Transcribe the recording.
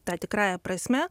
ta tikrąja prasme